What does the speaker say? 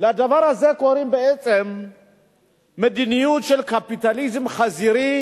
לדבר הזה קוראים מדיניות של קפיטליזם חזירי,